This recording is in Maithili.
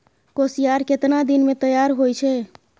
कोसियार केतना दिन मे तैयार हौय छै?